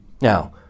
Now